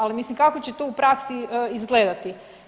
Ali mislim kako će to u praksi izgledati?